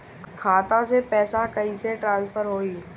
खाता से पैसा कईसे ट्रासर्फर होई?